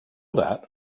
that